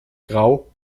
grau